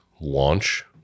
launch